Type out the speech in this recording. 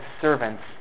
servants